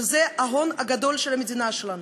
שזה ההון הגדול של המדינה שלנו.